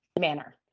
manner